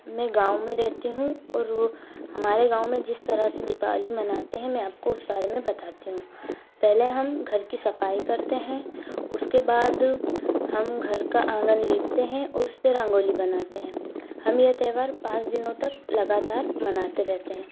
मैं गाँव में रहती हूँ और यह हमारे गाँव में जिस तरह से दीपावली मनाते हैं में आपको उस बारे में बताती हूँ पहले हम घर की सफ़ाई करते हैं उसके बाद हम घर का आँगन लीपते हैं और उस पर रंगोली बनाते हैं हमें यह त्यौहार पाँच दिनों तक लगातार मनाते रहते हैं